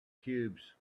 cubes